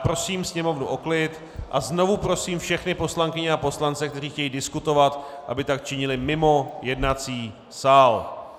Prosím sněmovnu o klid a znovu prosím všechny poslankyně a poslance, kteří chtějí diskutovat, aby tak činili mimo jednací sál!